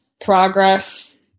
progress